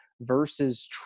versus